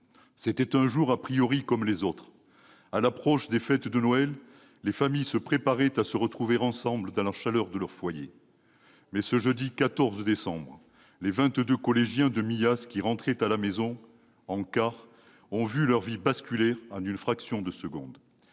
était un jour comme les autres. À l'approche des fêtes de Noël, les familles se préparaient à se retrouver dans la chaleur de leur foyer. Mais ce jeudi 14 décembre 2017, à 16 h 03, les vingt-deux collégiens de Millas qui rentraient à la maison en car ont vu leurs vies basculer en une fraction de seconde.